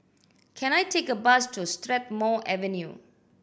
can I take a bus to Strathmore Avenue